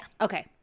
Okay